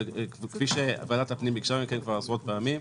כפי שוועדת הפנים ביקשה מכם כבר עשרות פעמים,